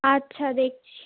আচ্ছা দেখছি